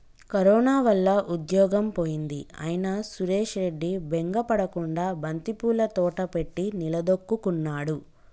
corona వల్ల ఉద్యోగం పోయింది అయినా సురేష్ రెడ్డి బెంగ పడకుండా బంతిపూల తోట పెట్టి నిలదొక్కుకున్నాడు